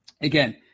again